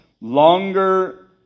longer